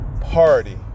party